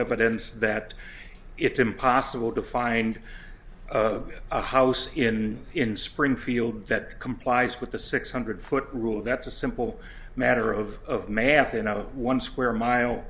evidence that it's impossible to find a house in in springfield that complies with the six hundred foot rule that's a simple matter of math and no one square mile